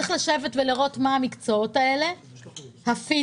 צריך לשבת ולראות מה המקצועות האלה, הפיזיים.